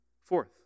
Fourth